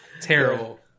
Terrible